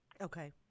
Okay